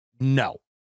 No